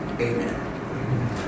Amen